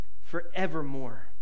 forevermore